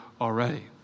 already